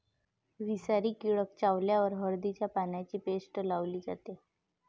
विषारी कीटक चावल्यावर हळदीच्या पानांची पेस्ट लावली जाते